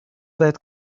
that